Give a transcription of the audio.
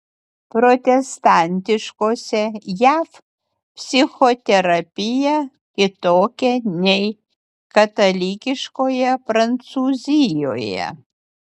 protestantiškose jav psichoterapija kitokia nei katalikiškoje prancūzijoje